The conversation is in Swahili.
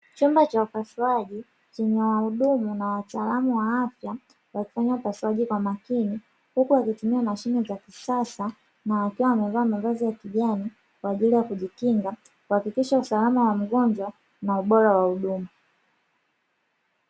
Chumba cha upasuaji cheye wahudumu na wataalamu wa afya wakifanya upasuaji kwa makini, huku wakitumia mashine za kisasa na wakiwa wamevaa mavazi ya kijani kwa ajili ya kujikinga kuhakikisha usalama wa mgonjwa na ubora wa huduma.